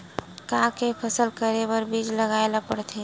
का के फसल करे बर बीज लगाए ला पड़थे?